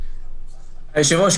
היושב-ראש,